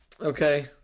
Okay